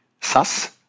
SAS